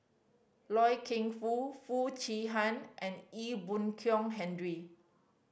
Loy Keng Foo Foo Chee Han and Ee Boon Kong Henry